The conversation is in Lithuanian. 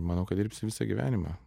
manau kad dirbsiu visą gyvenimą